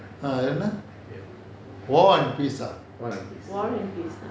ah war and peace ah